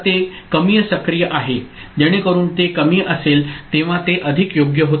तर ते कमी सक्रिय आहे जेणेकरून ते कमी असेल तेव्हा ते अधिक योग्य होते